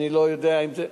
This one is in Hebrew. אני לא יודע אם זה,